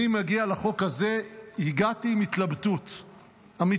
שאני מגיע לחוק הזה, הגעתי עם התלבטות אמיתית,